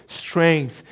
strength